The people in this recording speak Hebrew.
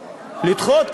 לדחות?